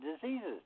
diseases